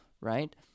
right